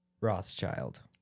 Rothschild